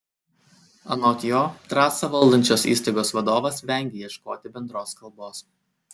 anot jo trasą valdančios įstaigos vadovas vengia ieškoti bendros kalbos